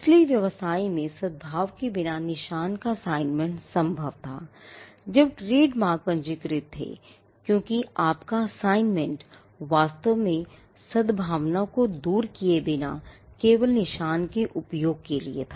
इसलिए व्यवसाय में सद्भाव के बिना निशान का असाइनमेंट संभव था जब ट्रेडमार्क पंजीकृत थे क्योंकि आपका assignment वास्तव में सद्भावना को दूर किए बिना केवल निशान के उपयोग के लिए था